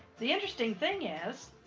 the interesting thing is,